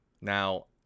Now